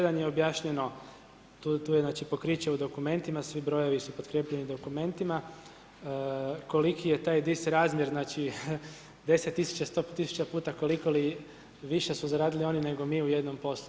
1. je objašnjeno, tu je znači pokriće u dokumentima, svi brojevi su potkrijepljeni dokumentima, koliki je taj disrazmjer znači, 10 tisuća, 100 tisuća puta koliko li više su zaradili oni nego mi u jednom poslu.